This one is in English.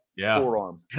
forearm